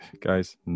Guys